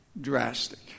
drastic